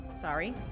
sorry